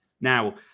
Now